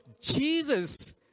Jesus